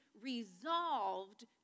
resolved